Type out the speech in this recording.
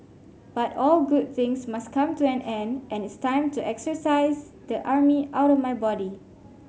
but all good things must come to an end and it's time to exercise the army outta my body